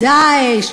"דאעש",